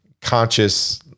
conscious